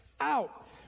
out